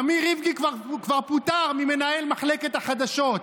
אמיר איבגי כבר פוטר ממנהל מחלקת החדשות.